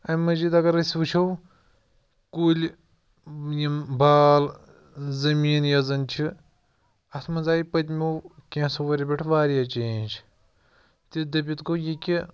اَمہِ مزیٖد اگر أسۍ وٕچھو کُلۍ یِم بال زٔمیٖن یۄس زَن چھِ اَتھ منٛز آیہِ پٔتۍمیو کینٛژھو ؤرۍیَو پٮ۪ٹھ واریاہ چینٛج تہِ دٔپِتھ گوٚو یہِ کہِ